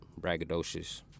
braggadocious